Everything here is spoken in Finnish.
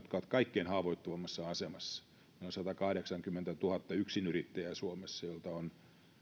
ovat kaikkein haavoittuvimmassa asemassa meillä on satakahdeksankymmentätuhatta yksinyrittäjää suomessa joista liian monelta on